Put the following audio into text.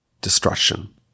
destruction